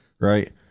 Right